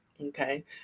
Okay